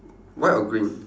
white or green